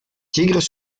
tigres